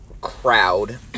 crowd